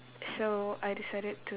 so I decided to